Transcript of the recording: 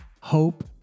hope